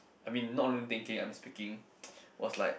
I mean not only thinking I am speaking was like